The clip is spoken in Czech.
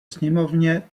sněmovně